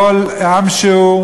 מכל עם שהוא,